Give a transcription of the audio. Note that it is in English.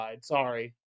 Sorry